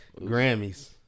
Grammys